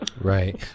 Right